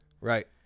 Right